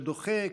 שדוחה,